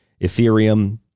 Ethereum